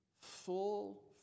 full